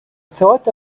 thought